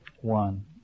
one